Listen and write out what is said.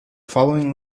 following